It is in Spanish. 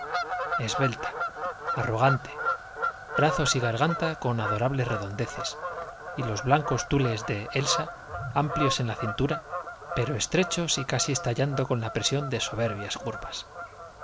tierra esbelta arrogante brazos y garganta con ado rables redondeces y los blancos tles de elsa amplios en la cintura pero estrechos y casi estallando con la presión de soberbias